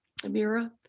Amira